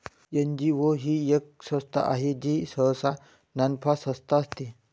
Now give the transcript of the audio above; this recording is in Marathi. एन.जी.ओ ही एक संस्था आहे जी सहसा नानफा संस्था असते